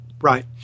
Right